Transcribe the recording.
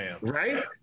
right